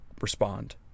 respond